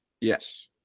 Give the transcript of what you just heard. Yes